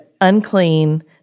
unclean